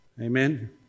Amen